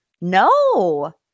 No